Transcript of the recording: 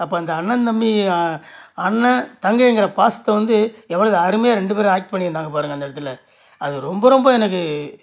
அப்போ அந்த அண்ணன் தம்பி அண்ணன் தங்கைங்கிற பாசத்தை வந்து எவ்ளோவு அருமையாக ரெண்டு பேரும் ஆக்ட் பண்ணியிருந்தாங்க பாருங்க அந்த இடத்துல அது ரொம்ப ரொம்ப எனக்கு